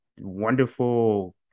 wonderful